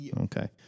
Okay